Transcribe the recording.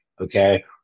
Okay